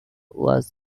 was